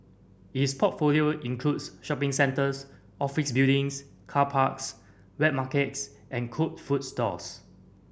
its portfolio includes shopping centres office buildings car parks wet markets and cooked food stalls